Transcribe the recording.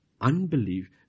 unbelief